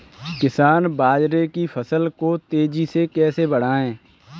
किसान बाजरे की फसल को तेजी से कैसे बढ़ाएँ?